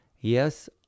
Yes